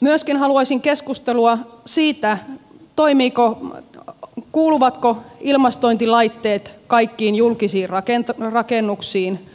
myöskin haluaisin keskustelua siitä kuuluvatko ilmastointilaitteet kaikkiin julkisiin rakennuksiin